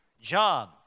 John